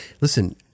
Listen